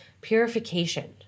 purification